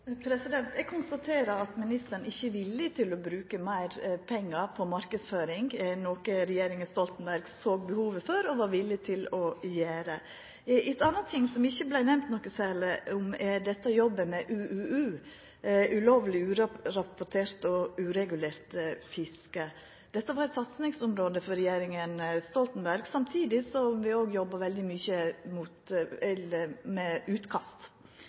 Eg konstaterer at ministeren ikkje er villig til å bruka meir pengar på marknadsføring, noko regjeringa Stoltenberg såg behovet for og var villig til å gjera. Ein annan ting som ikkje vart nemnt noko særleg, var dette å jobba med UUU – ulovleg, urapportert og uregulert fiske. Dette var eit satsingsområde for regjeringa Stoltenberg, samtidig som vi òg jobba veldig mykje med utkast.